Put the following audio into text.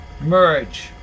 Merge